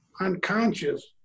unconscious